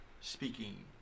speaking